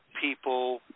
people